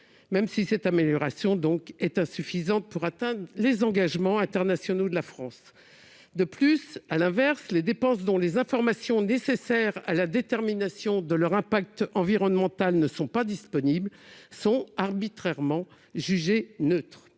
même si cette amélioration est minime et insuffisante pour atteindre les engagements internationaux de la France. En outre, et à l'inverse, les dépenses pour lesquelles les informations nécessaires à la détermination de leur impact environnemental ne sont pas disponibles sont arbitrairement jugées neutres.